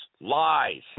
lies